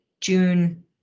June